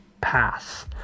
pass